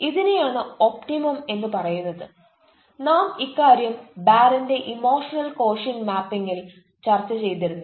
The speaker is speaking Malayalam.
ഇതിനെയാണ് ഒപ്റ്റിമം എന്ന് പറയുന്നത് നാം ഇക്കാര്യം ബാരന്റെ ഇമോഷണൽ ക്വോഷ്യന്റ് മാപ്പിങ്ങിൽ ചർച്ച ചെയ്തിരുന്നു